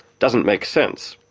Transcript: doesn't make sense.